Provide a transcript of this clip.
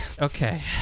Okay